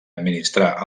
administrar